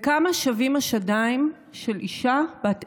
כמה שווים השדיים של אישה בת 27?